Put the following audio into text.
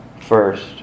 first